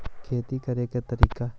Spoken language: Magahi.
खेतिया करेके के तारिका?